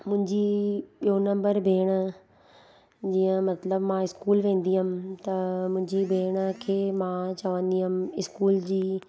मुंहिंजी ॿियो नंबर भेण जीअं मतिलबु मां स्कूल वेंदी हुयमि त मुंहिंजी भेण खे मां चवंदी हुयमि स्कूल जी